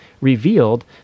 revealed